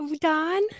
Don